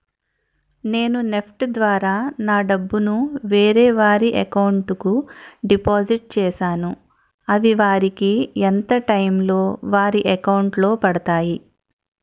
నేను నెఫ్ట్ ద్వారా నా డబ్బు ను వేరే వారి అకౌంట్ కు డిపాజిట్ చేశాను అవి వారికి ఎంత టైం లొ వారి అకౌంట్ లొ పడతాయి?